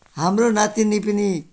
हाम्रो नातिनी पनि